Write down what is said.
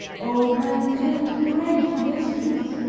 o my good, brave mistress!